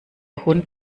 hund